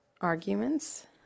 Arguments